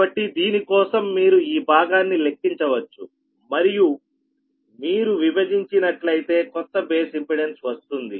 కాబట్టి దీని కోసం మీరు ఈ భాగాన్ని లెక్కించవచ్చు మరియు మీరు విభజించినట్లయితే కొత్త బేస్ ఇంపెడెన్స్ వస్తుంది